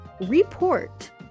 report